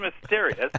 mysterious